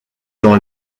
dans